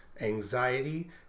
Anxiety